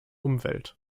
umwelt